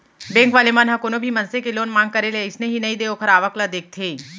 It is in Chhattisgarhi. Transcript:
बेंक वाले मन ह कोनो भी मनसे के लोन मांग करे ले अइसने ही नइ दे ओखर आवक ल देखथे